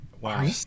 Wow